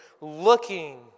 looking